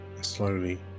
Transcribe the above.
slowly